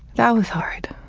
that was hard.